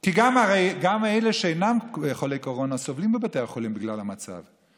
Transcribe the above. כי הרי גם אלה שאינם חולי קורונה סובלים בבתי החולים בגלל המצב.